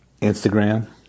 Instagram